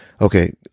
okay